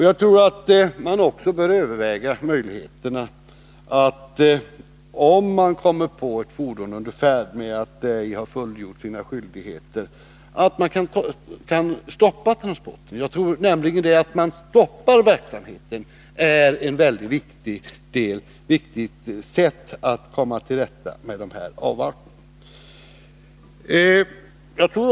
Jag tror att man också bör överväga möjligheterna, om man kommer på ett fordon under färd som ej har fullgjort sina skyldigheter, att stoppa transporten. Jag tror nämligen att ett stopp för verksamheten är ett sätt att komma till rätta med dessa avarter.